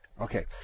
Okay